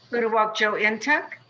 uduak-joe and ntuk.